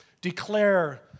Declare